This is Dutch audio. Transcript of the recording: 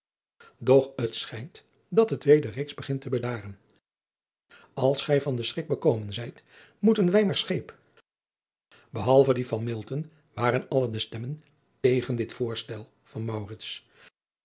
het schijnt dat het weder reeds begint te bedaren als gij van den schrik bekomen zijt moeten wij maar weêr scheep behalve die van milton waren alle de stemmen tegen dit voorstel van